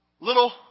little